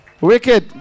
Wicked